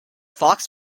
fox